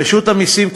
רשות המסים,